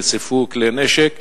נחשפו כלי נשק.